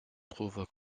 trouve